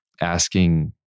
asking